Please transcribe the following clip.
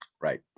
right